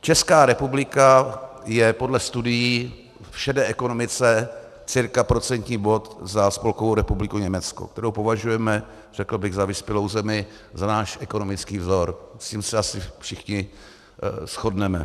Česká republika je podle studií v šedé ekonomice cca procentní bod za Spolkovou republikou Německo, kterou považujeme, řekl bych, za vyspělou zemi, za náš ekonomický vzor, na tom se asi všichni shodneme.